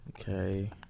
Okay